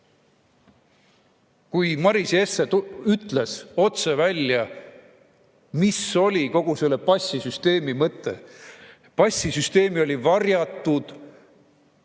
Maris Jesse ütles otse välja, mis oli kogu selle passisüsteemi mõte. Passisüsteemil oli varjatud